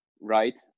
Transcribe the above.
right